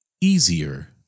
easier